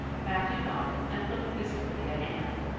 matthew nodded and looked wistfully at anne.